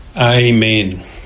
Amen